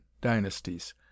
dynasties